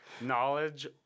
Knowledge